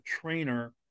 trainer